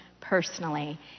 personally